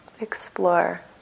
explore